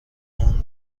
اون